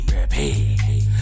repeat